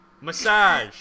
Massage